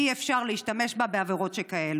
אי-אפשר להשתמש בה בעבירות שכאלו.